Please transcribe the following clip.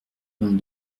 vingt